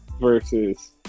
versus